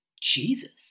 jesus